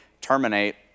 terminate